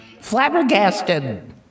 Flabbergasted